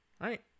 Right